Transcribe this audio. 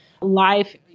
life